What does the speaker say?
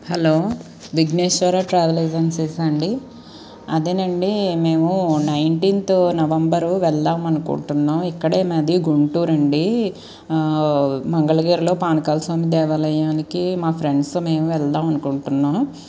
hello Vigneshwara travel ఏజెన్సీసా అండీ అదే అండీ మేము నైన్టీన్త్ నవంబరు వెళదాం అనుకుంటున్నాం ఇక్కడే మాది గుంటూరు అండీ మంగళగిరిలో పానకాల స్వామి దేవాలయానికి మా ఫ్రెండ్స్ నేను వెళదాం అనుకుంటున్నాం